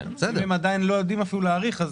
אם הם עדיין לא יודעים אפילו להעריך,